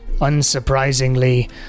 Unsurprisingly